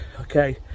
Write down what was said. okay